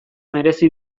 merezi